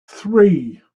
three